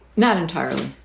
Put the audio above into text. not entirely.